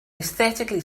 aesthetically